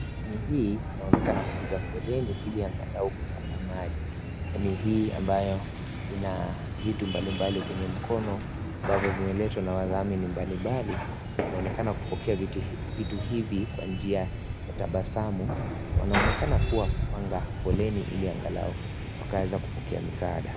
Ni hii inaonekana kupiga foleni ili angalau kupata maji. Ni hii ambayo ina vitu mbali mbali kwenye mkono, ambavyo zimeletwa na wadhamini mbalimbali. Wanaonekana kupokea vitu hivi kwa njia ya tabasamu. Wanaonekana kuapanga fuleni ili angalau. Wakaweza kupokea msaada.